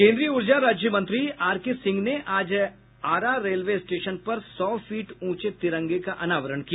केन्द्रीय ऊर्जा राज्य मंत्री आरके सिंह ने आज आरा रेलवे स्टेशन पर सौ फीट ऊचें तिरंगे का अनावरण किया